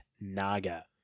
Naga